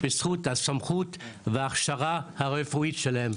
בזכות הסמכות וההכשרה הרפואית שלהם.